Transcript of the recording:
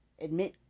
admit